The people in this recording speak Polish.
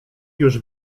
już